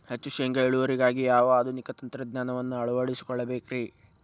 ಹೆಚ್ಚು ಶೇಂಗಾ ಇಳುವರಿಗಾಗಿ ಯಾವ ಆಧುನಿಕ ತಂತ್ರಜ್ಞಾನವನ್ನ ಅಳವಡಿಸಿಕೊಳ್ಳಬೇಕರೇ?